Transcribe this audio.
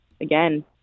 again